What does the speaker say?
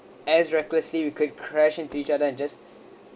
as recklessly we could crash into each other and just